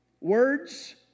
Words